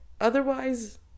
otherwise